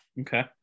Okay